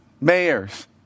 mayors